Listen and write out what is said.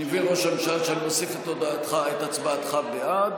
אני מבין, ראש הממשלה, שאני מוסיף את הצבעתך בעד